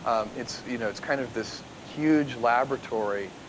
it's, you know, it's kind of this huge laboratory.